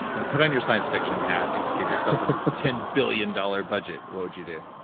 like put on your science fiction hat and give yourself a ten billion dollars budget. what would you do?